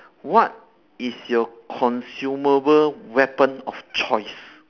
what is your consumable weapon of choice